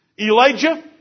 Elijah